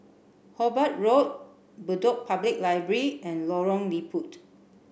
Hobart Road Bedok Public Library and Lorong Liput